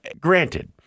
granted